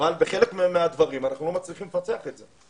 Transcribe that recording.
אבל בחלק מהדברים אנחנו לא מצליחים לפתח את זה.